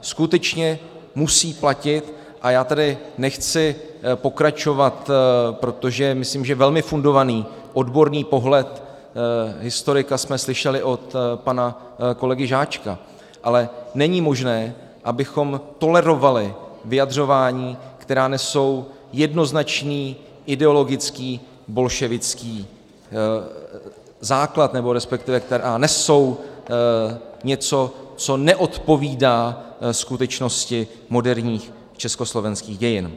Skutečně musí platit a já tady nechci pokračovat, protože myslím, že velmi fundovaný, odborný pohled historika jsme slyšeli od pana kolegy Žáčka ale není možné, abychom tolerovali vyjadřování, která nesou jednoznačný ideologický, bolševický základ, resp. která nesou něco, co neodpovídá skutečnosti moderních československých dějin.